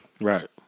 Right